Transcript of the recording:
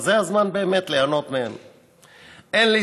אז זה הזמן באמת ליהנות מהם./ אין לי